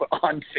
on